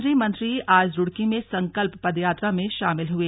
केंद्रीय मंत्री आज रूड़की में संकल्प पदयात्रा में शामिल हुए